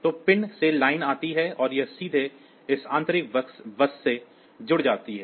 तो पिन से लाइन आती है और यह सीधे इस आंतरिक बस से जुड़ी होती है